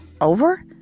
over